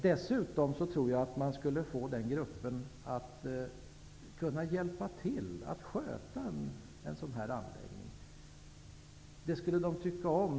Dessutom tror jag att man skulle kunna få den gruppen att hjälpa till att sköta en sådan anläggning. Det skulle de tycka om.